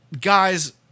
guys